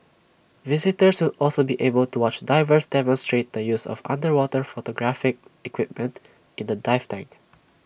visitors will also be able to watch divers demonstrate the use of underwater photographic equipment in A dive tank